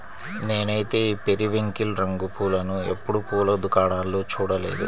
నేనైతే ఈ పెరివింకిల్ రంగు పూలను ఎప్పుడు పూల దుకాణాల్లో చూడలేదు